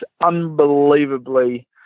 unbelievably